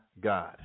God